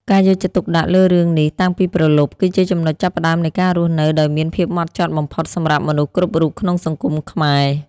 ការយកចិត្តទុកដាក់លើរឿងនេះតាំងពីព្រលប់ គឺជាចំណុចចាប់ផ្តើមនៃការរស់នៅដោយមានភាពហ្មត់ចត់បំផុតសម្រាប់មនុស្សគ្រប់រូបក្នុងសង្គមខ្មែរ។